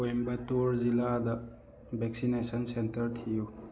ꯀꯣꯏꯝꯕꯇꯣꯔ ꯖꯤꯂꯥꯗ vaccination centre ꯊꯤꯌꯨ